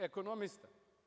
Ekonomista?